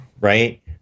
Right